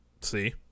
See